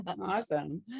Awesome